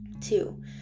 Two